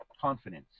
confidence